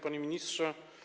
Panie Ministrze!